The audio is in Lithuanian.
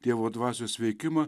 dievo dvasios veikimą